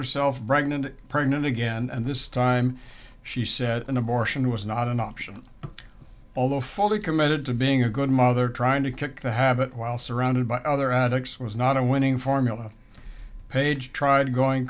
herself pregnant pregnant again and this time she said an abortion was not an option although fully committed to being a good mother trying to kick the habit while surrounded by other addicts was not a winning formula page tried going